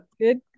good